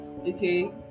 okay